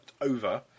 over